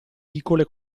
piccole